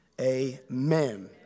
amen